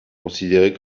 considérée